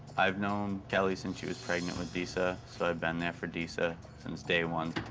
i've known kelly since she was pregnant with disa, so i've been there for disa since day one,